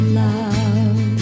love